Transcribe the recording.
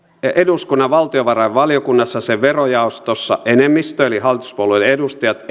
eduskunnan valtiovarainvaliokunnassa ja sen verojaostossa enemmistö eli hallituspuolueiden edustajat